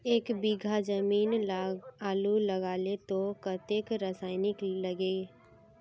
एक बीघा जमीन आलू लगाले तो कतेक रासायनिक लगे?